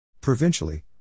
Provincially